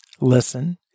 listen